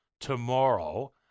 tomorrow